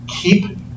Keep